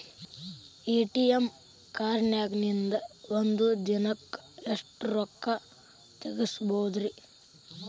ATM ಕಾರ್ಡ್ನ್ಯಾಗಿನ್ದ್ ಒಂದ್ ದಿನಕ್ಕ್ ಎಷ್ಟ ರೊಕ್ಕಾ ತೆಗಸ್ಬೋದ್ರಿ?